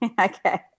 Okay